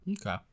Okay